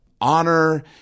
honor